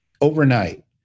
overnight